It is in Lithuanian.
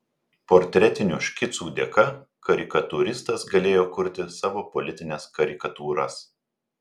portretinių škicų dėka karikatūristas galėjo kurti savo politines karikatūras